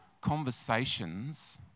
conversations